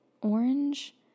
orange